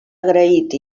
agraït